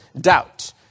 doubt